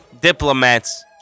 diplomats